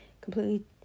completely